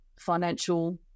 financial